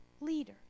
leader